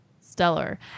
stellar